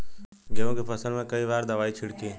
गेहूँ के फसल मे कई बार दवाई छिड़की?